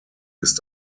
ist